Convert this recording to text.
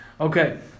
Okay